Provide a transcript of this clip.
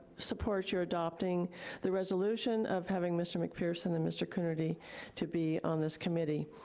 support your adopting the resolution of having mr. mcpherson and mr. coonerty to be on this committee.